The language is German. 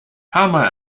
paarmal